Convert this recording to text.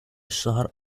الشهر